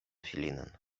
filinon